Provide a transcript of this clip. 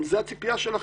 האם זאת הציפייה שלכם?